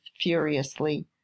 furiously